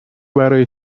برای